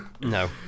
No